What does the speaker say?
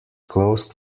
closed